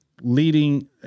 leading